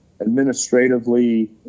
administratively